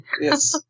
Yes